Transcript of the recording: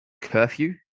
curfew